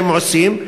שהם עושים,